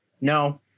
No